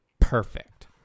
perfect